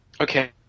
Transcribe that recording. Okay